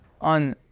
on